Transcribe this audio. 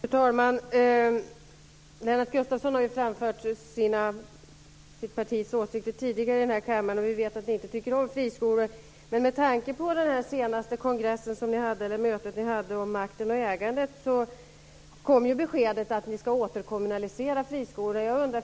Fru talman! Lennart Gustavsson har framfört sitt partis åsikter tidigare i denna kammare, och vi vet att ni inte tycker om friskolor. På det senaste mötet ni hade om makten och ägandet kom beskedet att ni ska återkommunalisera friskolor.